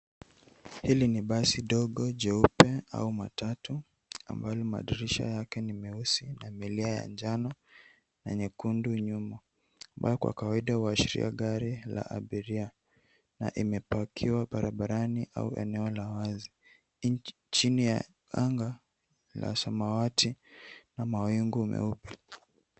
Hili ni basi dogo jeupe au matatu, ambalo madirisha yake ni meusi na milia ya njano na nyekundu nyuma. Haya kwa kawaida huashiria gari la abiria na imepakiwa barabarani, au eneo la wazi. Chini ya anga la samawati, na mawingu meupe.